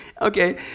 okay